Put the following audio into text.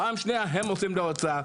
פעם שנייה הם עושים לי הוצאה.